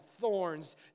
thorns